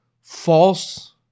false